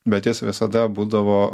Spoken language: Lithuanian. bet jis visada būdavo